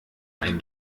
einen